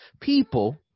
people